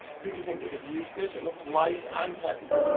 who do you think would have used this it looks light and happy.